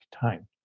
time